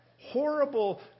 horrible